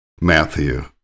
Matthew